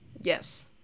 Yes